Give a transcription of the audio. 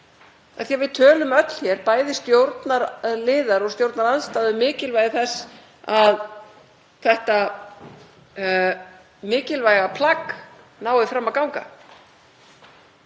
gegn. Við tölum öll hér, bæði stjórnarliðar og stjórnarandstaðan, um mikilvægi þess að þetta mikilvæga plagg nái fram að ganga.